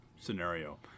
scenario